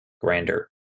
Grander